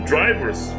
Drivers